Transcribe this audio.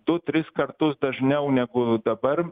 du tris kartus dažniau negu dabar